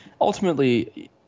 ultimately